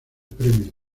premio